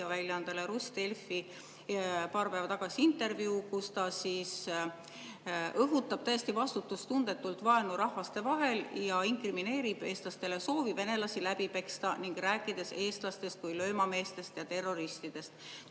meediaväljaandele RusDelfi paar päeva tagasi intervjuu, kus ta õhutab täiesti vastutustundetult vaenu rahvaste vahel, inkrimineerib eestlastele soovi venelasi läbi peksta ning räägib eestlastest kui löömameestest ja terroristidest,